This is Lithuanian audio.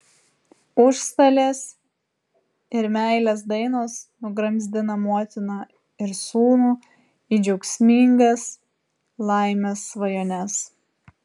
užstalės ir meilės dainos nugramzdina motiną ir sūnų į džiaugsmingas laimės svajones